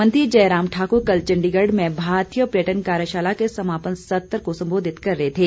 मुख्यमंत्री जयराम ठाकुर कल चंडीगढ़ में भारतीय पर्यटन कार्यशाला के समापन सत्र को सम्बोधित कर रहे थे